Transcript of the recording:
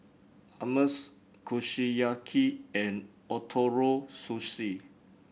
Hummus Kushiyaki and Ootoro Sushi